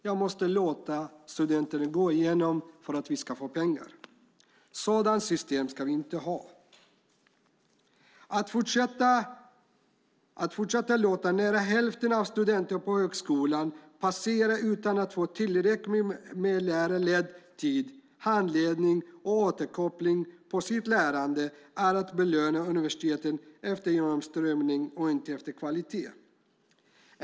Han måste låta studenterna passera igenom för att få pengar. Ett sådant system vill han inte ha. Att fortsätta att låta nära hälften av studenterna på högskolan passera utan att få tillräckligt med lärarledd tid, handledning och återkoppling på sitt lärande är att belöna universiteten efter genomströmning och inte efter kvalitet.